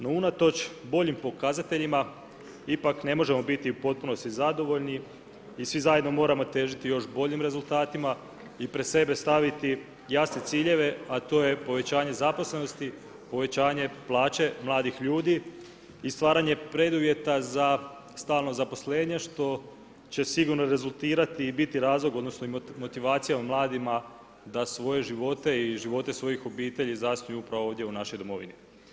No unatoč boljim pokazateljima, ipak ne možemo biti u potpunosti zadovoljni i svi zajedno moramo težiti još boljim rezultatima i pred sebe staviti jasne ciljeve a to je povećanje zaposlenosti, povećanje plaće mladih ljudi i stvaranje preduvjeta za stalno zaposlenje što će sigurno rezultirati i biti razlog odnosno i motivacija u mladima da su voljeli živote i živote svojih obitelji zasnuju upravo ovdje u našoj domovini.